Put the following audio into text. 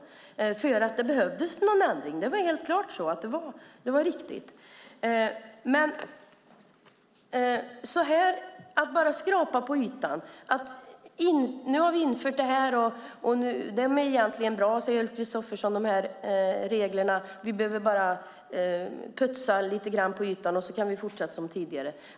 Det behövdes en ändring - det var helt klart. Nu skrapar man bara på ytan och säger: Nu har vi infört det här. Ulf Kristersson säger att reglerna egentligen är bra och att man bara behöver putsa lite på ytan, så kan man fortsätta som tidigare.